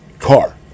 car